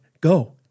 go